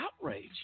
outrage